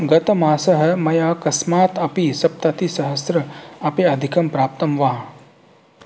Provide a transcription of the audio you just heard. गतमासः मया कस्मात् अपि सप्ततिसहस्रात् अपि अधिकं प्राप्तं वा